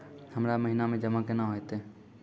हमरा महिना मे जमा केना हेतै?